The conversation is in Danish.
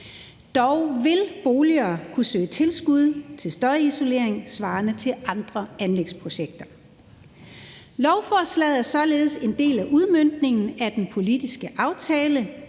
dog vil boligejere kunne søge tilskud til støjisolering svarende til andre anlægsprojekter. Lovforslaget er således en del af udmøntningen af den politiske aftale